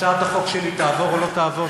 הצעת החוק שלי תעבור או לא תעבור,